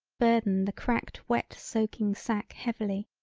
burden the cracked wet soaking sack heavily,